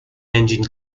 engine